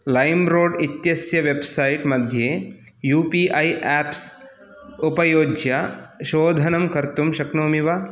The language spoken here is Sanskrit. लैम्रोड् इत्यस्य वेब्सैट् मध्ये यु पि ऐ आप्स् उपयोज्य शोधनं कर्तुं शक्नोमि वा